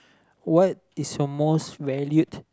what is your most valued